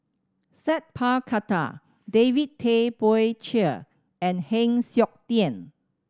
Sat Pal Khattar David Tay Poey Cher and Heng Siok Tian